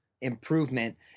improvement